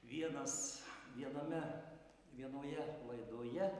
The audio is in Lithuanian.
vienas viename vienoje laidoje